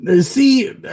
see